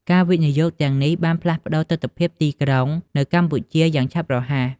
ការវិនិយោគទាំងនេះបានផ្លាស់ប្តូរទិដ្ឋភាពទីក្រុងនៅកម្ពុជាយ៉ាងឆាប់រហ័ស។